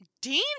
dean